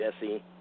Jesse